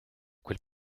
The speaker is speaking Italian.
quel